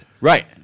Right